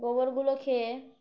গোবরগুলো খেয়ে